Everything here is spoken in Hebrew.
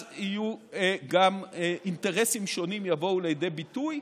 אז גם אינטרסים שונים יבואו לידי ביטוי.